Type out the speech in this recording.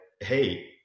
hey